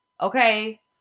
okay